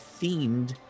themed